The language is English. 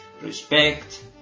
respect